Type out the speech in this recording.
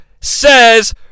says